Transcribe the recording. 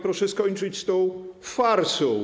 Proszę skończyć z tą farsą.